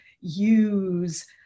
use